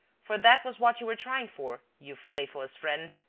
for that was what you were trying for, you faithless friend!